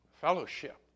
fellowship